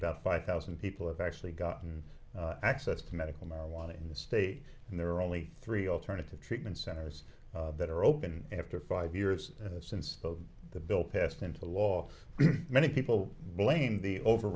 about five thousand people have actually gotten access to medical marijuana in the state and there are only three alternative treatment centers that are open after five years since the the bill passed into law many people blame the